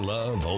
Love